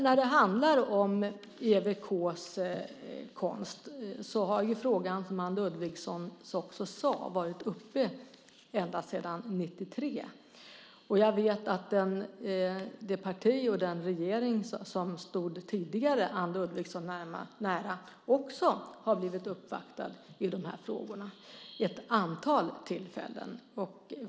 När det handlar om EWK:s konst har frågan, som Anne Ludvigsson också sade, varit uppe ända sedan 1993. Jag vet att Anne Ludvigssons parti och den regering som tidigare stod Anne Ludvigsson nära också har blivit uppvaktade i de här frågorna vid ett antal tillfällen.